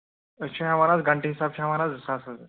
أسۍ چھِ ہٮ۪وان حظ گَنٛٹہٕ حسابہٕ چھِ ہٮ۪وان حظ أسۍ زٕ ساس رۄپِیہِ